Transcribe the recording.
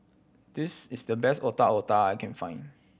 this is the best Otak Otak I can find